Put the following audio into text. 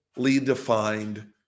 defined